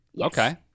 okay